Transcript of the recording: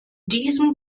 diesem